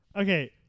Okay